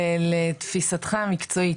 לתפיסתך המקצועית,